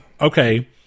Okay